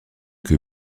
que